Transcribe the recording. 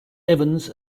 evans